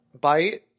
Bite